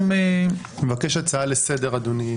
אני מבקש הצעה לסדר, אדוני.